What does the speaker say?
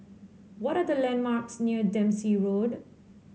what are the landmarks near Dempsey Road